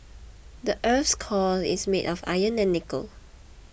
the earth's core is made of iron and nickel